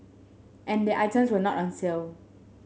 and the items were not on sale